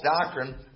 doctrine